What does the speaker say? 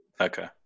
Okay